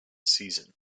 season